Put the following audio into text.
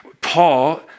Paul